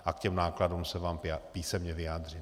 A k těm nákladům se vám písemně vyjádřím.